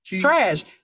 Trash